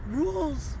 rules